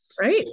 right